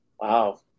Wow